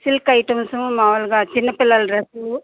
silk items మామూలుగా చిన్న పిల్లల డ్రస్లు